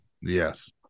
Yes